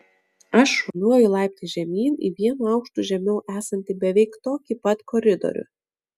aš šuoliuoju laiptais žemyn į vienu aukštu žemiau esantį beveik tokį pat koridorių